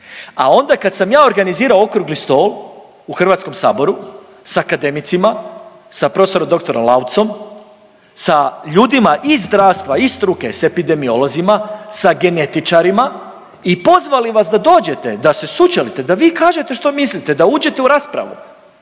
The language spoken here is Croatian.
a onda kad sam ja organizirao okrugli stol u Hrvatskom saboru s akademicima, sa prof.dr. Laucom, sa ljudima iz zdravstva, iz struke, s epidemiolozima, sa genetičarima i pozvali vas da dođete da sučelite, da vi kažete što mislite, da uđete u raspravu,